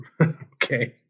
Okay